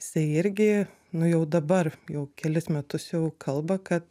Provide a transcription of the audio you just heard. jisai irgi nu jau dabar jau kelis metus jau kalba kad